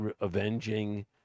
avenging